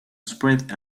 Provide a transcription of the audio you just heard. spread